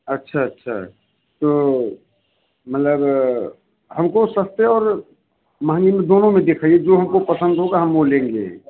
अच्छा अच्छा तो मतलब हमको सस्ते और महंगे में दोनों में दिखाइए जो हमको पसंद होगा वो हम लेंगे